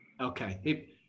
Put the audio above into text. okay